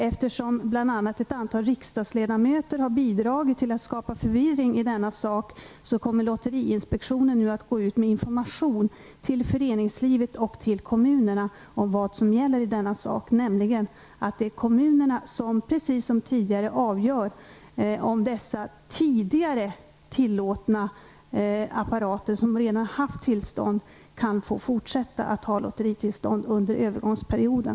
Eftersom ett antal riksdagsledamöter har bidragit till att skapa förvirring i denna sak kommer lotteriinspektionen nu att gå ut med information till föreningslivet och kommunerna om vad som gäller, nämligen att det, precis som förut, är kommunerna som avgör om de apparater som redan har tillstånd kan få fortsätta att ha det under övergångsperioden.